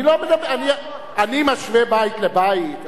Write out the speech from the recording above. אני משווה בית לבית?